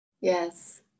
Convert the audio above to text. Yes